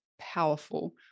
powerful